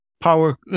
power